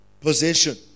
possession